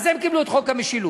אז הם קיבלו את חוק המשילות.